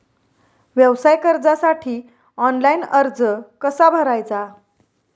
व्यवसाय कर्जासाठी ऑनलाइन अर्ज कसा भरायचा?